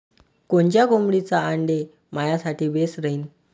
कोनच्या कोंबडीचं आंडे मायासाठी बेस राहीन?